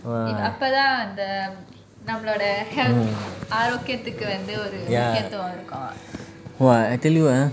!wah! mm ya !wah! I tell you ah